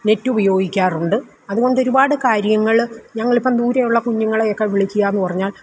net ഉപയോഗിക്കാറുണ്ട് അതുകൊണ്ടൊരുപാട് കാര്യങ്ങള് ഞങ്ങളിപ്പം ദൂരെയുള്ള കുഞ്ഞുങ്ങളെയൊക്കെ വിളിക്കുക എന്ന് പറഞ്ഞാൽ